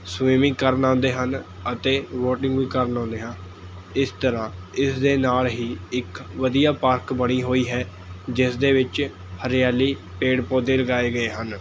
swimming ਕਰਨ ਆਉਂਦੇ ਹਨ ਅਤੇ ਬੋਟਿੰਗ ਵੀ ਕਰਨ ਆਉਂਦੇ ਹਾਂ ਇਸ ਤਰ੍ਹਾਂ ਇਸ ਦੇ ਨਾਲ ਹੀ ਇੱਕ ਵਧੀਆ ਪਾਰਕ ਬਣੀ ਹੋਈ ਹੈ ਜਿਸ ਦੇ ਵਿੱਚ ਹਰਿਆਲੀ ਪੇੜ ਪੌਦੇ ਲਗਾਏ ਗਏ ਹਨ